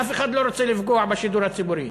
אף אחד לא רוצה לפגוע בשידור הציבורי,